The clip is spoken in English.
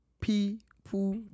People